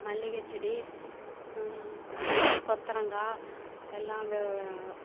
மல்லிகை செடி கொத்தரங்காய் எல்லாம்